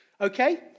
Okay